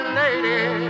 lady